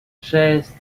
шесть